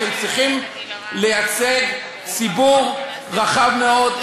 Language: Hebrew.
אתם צריכים לייצג ציבור רחב מאוד,